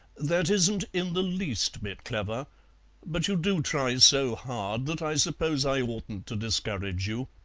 that isn't in the least bit clever but you do try so hard that i suppose i oughtn't to discourage you.